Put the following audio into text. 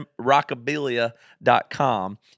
rockabilia.com